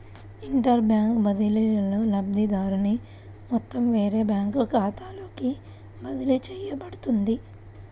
inter bank బదిలీలో, లబ్ధిదారుని మొత్తం వేరే బ్యాంకు ఖాతాలోకి బదిలీ చేయబడుతుంది